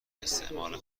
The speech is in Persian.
استعمال